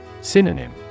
Synonym